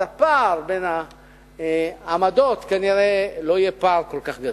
אז הפער בין העמדות כנראה לא יהיה פער כל כך גדול.